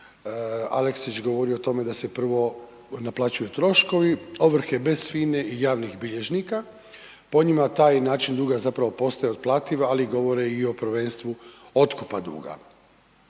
Aleksić govorio o tome da se prvo naplaćuju troškovi ovrhe bez FINA-e i javnih bilježnika. Po njima taj način duga zapravo postaje otplativa, ali govore i o prvenstvu otkupa duga.